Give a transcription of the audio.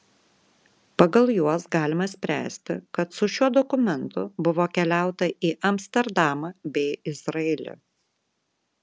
pagal juos galima spręsti kad su šiuo dokumentu buvo keliauta į amsterdamą bei izraelį